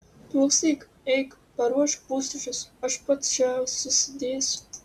klausyk eik paruošk pusryčius aš pats čia susidėsiu